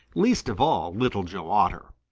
least of all little joe otter.